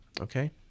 okay